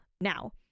now